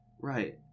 Right